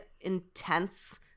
intense